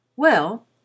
Well